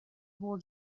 бул